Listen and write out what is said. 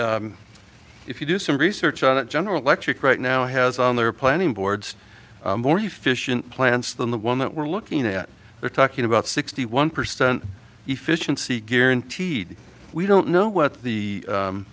dollars if you do some research on it general electric right now has on their planning boards or you fission plants than the one that we're looking at they're talking about sixty one percent efficiency guaranteed we don't know what the